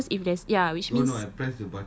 ya cause if there's ya which means